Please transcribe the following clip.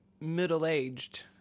middle-aged